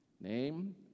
name